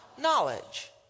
knowledge